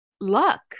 luck